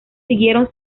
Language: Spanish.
siguieron